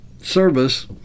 service